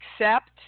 accept